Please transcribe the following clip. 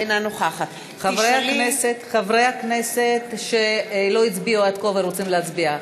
אינה נוכחת חברי הכנסת שלא הצביעו עד כה ורוצים להצביע,